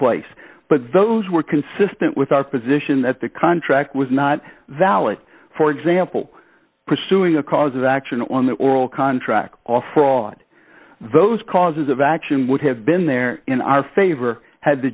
place but those were consistent with our position that the contract was not valid for example pursuing a cause of action on the oral contract offer on those causes of action would have been there in our favor had the